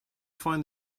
find